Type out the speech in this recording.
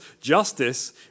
justice